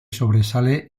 sobresale